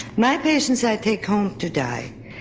my patients i take home to die,